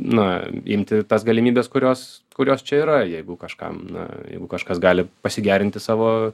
na imti tas galimybes kurios kurios čia yra jeigu kažkam na jeigu kažkas gali pasigerinti savo